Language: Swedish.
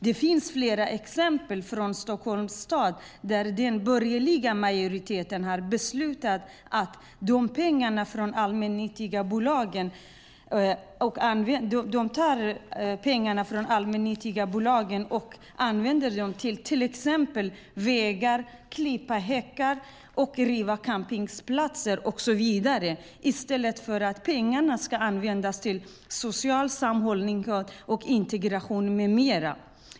Det finns det flera exempel på från Stockholms stad, där den borgerliga majoriteten har beslutat att ta pengarna från de allmännyttiga bolagen och använda dem till exempelvis vägar, till att klippa häckar och riva campingplatser i stället för att använda dem till social sammanhållning, integration med mera.